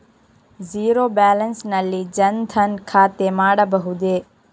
Zero balance ನಲ್ಲಿ ಜನ್ ಧನ್ ಖಾತೆ ಮಾಡಬಹುದೇ?